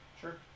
Sure